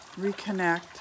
Reconnect